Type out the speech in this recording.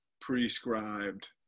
prescribed